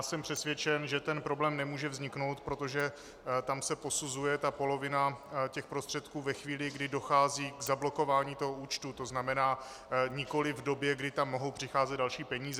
Jsem přesvědčen, že ten problém nemůže vzniknout, protože tam se posuzuje polovina prostředků ve chvíli, kdy dochází k zablokování účtu, tzn. nikoli v době, kdy tam mohou přicházet další peníze.